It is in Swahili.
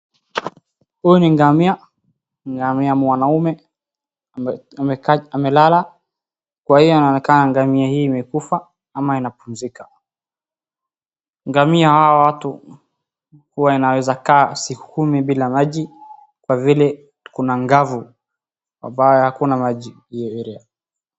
Huyu ni ngamia , ngamia mwanaume amelala. Inakaa ngamia hii imekufa ama anapumzika. Ngamia ya hawa watu anaeza siku kumi bila maji na kupumzika, ngamia ya hawa watu waneza kaa siku kumi bila maji kwa sababu kuna ukame hakuna maji hiyo area .